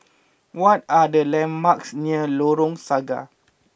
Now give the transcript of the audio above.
what are the landmarks near Lengkok Saga